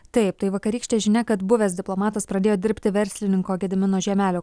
taip tai vakarykštė žinia kad buvęs diplomatas pradėjo dirbti verslininko gedimino žiemelio